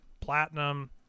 platinum